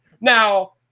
Now